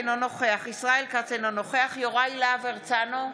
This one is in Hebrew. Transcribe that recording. אינו נוכח ישראל כץ, אינו נוכח יוראי להב הרצנו,